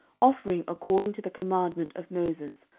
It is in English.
offering according to the commandment of moses,